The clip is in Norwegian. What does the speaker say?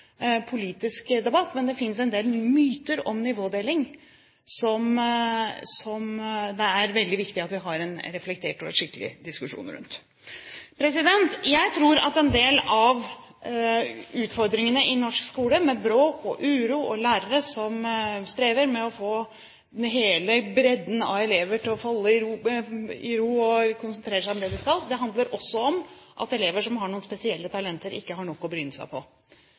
politisk debatt. Det finnes en del myter om nivådeling som det er viktig at vi har en reflektert og skikkelig diskusjon rundt. Jeg tror at en del av utfordringene i norsk skole, med bråk og uro og lærere som strever med å få hele bredden av elever til å falle til ro og konsentrere seg om det de skal, også handler om at elever med spesielle talenter ikke har nok å bryne seg på.